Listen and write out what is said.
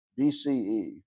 BCE